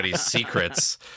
secrets